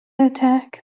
attack